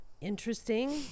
interesting